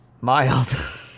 mild